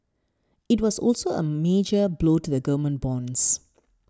it was also a major blow to the government bonds